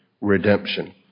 redemption